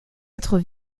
êtres